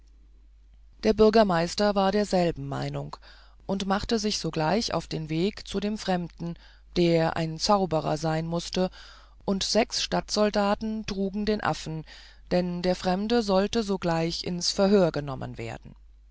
der bürgermeister war derselben meinung und machte sich sogleich auf den weg zu dem fremden der ein zauberer sein mußte und sechs stadtsoldaten trugen den affen denn der fremde sollte sogleich ins verhör genommen werden